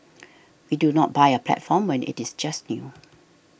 we do not buy a platform when it is just new